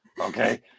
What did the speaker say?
Okay